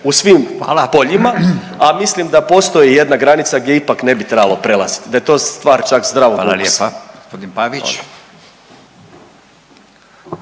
poljima, a mislim da postoji jedna granica gdje ipak ne bi trebalo prelaziti. Da je to stvar čak zdravog ukusa. **Radin,